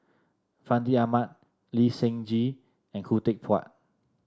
Fandi Ahmad Lee Seng Gee and Khoo Teck Puat